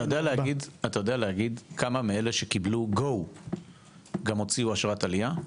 האם אתה יודע להגיד כמה מאלה שקיבלו GO גם הוציאו אשרת עלייה?